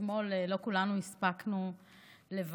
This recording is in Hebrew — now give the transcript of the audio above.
אתמול לא כולנו הספקנו לברך,